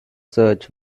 search